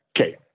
Okay